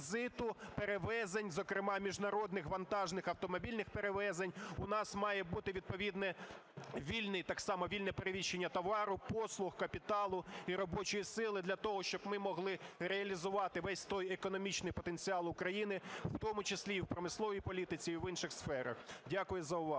перевезень, зокрема міжнародних вантажних автомобільних перевезень. У нас має бути відповідне вільне і так само вільне переміщення товарів, послуг, капіталу і робочої сили для того, щоб ми могли реалізувати весь той економічний потенціал України, в тому числі в промисловій політиці і в інших сферах. Дякую за увагу.